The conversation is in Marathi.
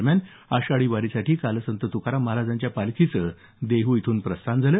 दरम्यान आषाढी वारीसाठी काल संत तुकाराम महाराजांच्या पालखीचं देहू इथून प्रस्थान झालं